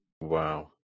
Wow